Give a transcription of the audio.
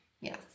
Yes